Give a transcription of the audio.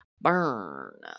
Burn